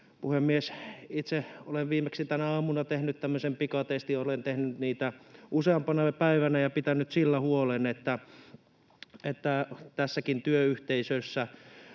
Puhemies! Itse olen viimeksi tänä aamuna tehnyt tämmöisen pikatestin. Olen tehnyt niitä useampana päivänä ja pitänyt sillä huolen, että tässäkin työyhteisössä